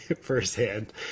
firsthand